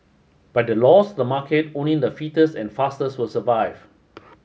by the laws of the market only the fittest and fastest will survive